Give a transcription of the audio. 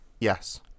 Yes